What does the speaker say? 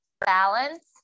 balance